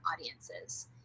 audiences